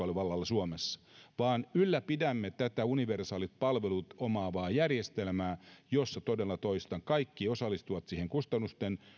oli vallalla suomessa vaan ylläpidämme tätä universaalit palvelut omaavaa järjestelmää jossa todella toistan kaikki osallistuvat sekä kustannusten